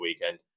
weekend